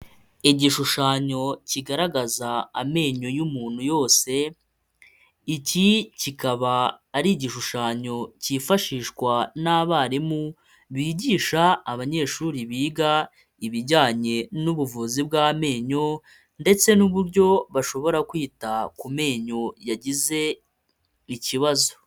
Igishushanyo kigaragaza amenyo y'umuntu yose, iki kikaba ari igishushanyo cyifashishwa n'abarimu bigisha abanyeshuri biga ibijyanye n'ubuvuzi bw'amenyo ndetse n'uburyo bashobora kwita ku menyo yagize ikibazo.